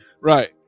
Right